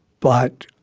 but